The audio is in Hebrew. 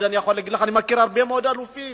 מכיר הרבה מאוד אלופים.